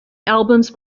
albums